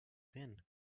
been